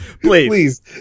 please